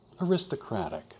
aristocratic